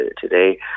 today